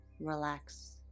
relax